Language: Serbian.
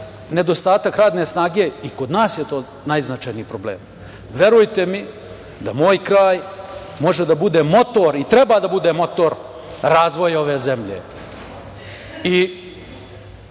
nedostatak radne snage i kod nas je to najznačajniji problem. Verujte mi da moj kraj može da bude motor i treba da bude motor razvoja ove zemlje. Moram